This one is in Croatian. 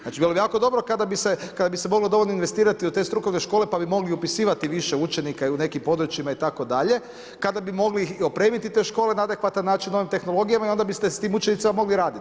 Znači bilo bi jako dobro kada bi se moglo dovoljno investirati u te strukovne škole, pa bi mogli upisivati više učenika u nekim područjima itd. kada bi mogli opremiti te škole na adekvatan način ovim tehnologijama i onda biste s tim učenicima mogli raditi.